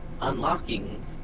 Unlocking